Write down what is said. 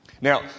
Now